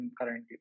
currently